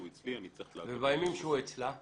ובימים שהוא אצלה?